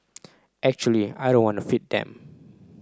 actually I don't want to feed them